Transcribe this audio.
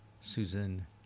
Susan